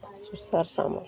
Susar Samal